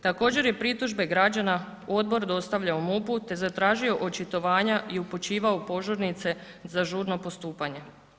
Također je pritužbe građana odbor dostavljao MUP-u te zatražio očitovanja i upućivao požurnice za žurno postupanje.